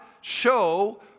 show